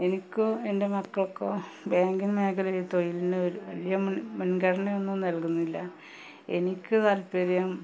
എനിക്കോ എൻ്റെ മക്കൾക്കോ ബാങ്കിങ്ങ് മേഖലേ തൊഴിലിനൊരു വലിയ മുൻ മുൻഗണനയൊന്നും നൽകുന്നില്ല എനിക്ക് താത്പര്യം